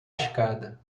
escada